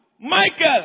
Michael